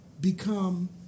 become